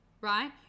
right